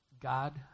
God